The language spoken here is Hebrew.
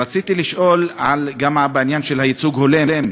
רציתי לשאול גם בעניין של ייצוג הולם.